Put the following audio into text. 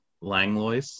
Langlois